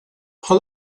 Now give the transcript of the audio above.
bħal